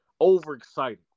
overexcited